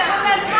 ערביים,